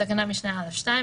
בתקנת משנה (א2),